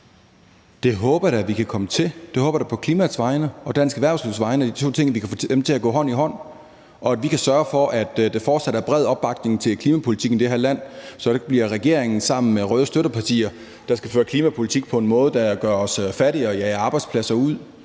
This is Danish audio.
kan komme til. Det håber jeg da på klimaets vegne og på dansk erhvervslivs vegne, altså at vi kan få de to ting til at gå hånd i hånd, og at vi kan sørge for, at der fortsat er bred opbakning til klimapolitikken i det her land, så det ikke bliver regeringen, der sammen med de røde støttepartier skal føre klimapolitik på en måde, der gør os fattigere, og som jager arbejdspladser ud